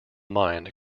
mind